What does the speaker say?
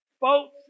boats